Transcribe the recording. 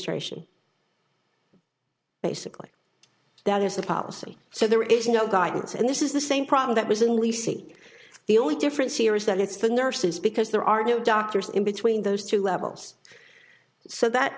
administration basically that is the policy so there is no guidance and this is the same problem that was in leasing the only difference here is that it's the nurses because there are no doctors in between those two levels so that